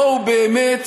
בואו באמת